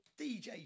DJ